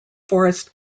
forest